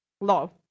love